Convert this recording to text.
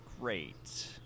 great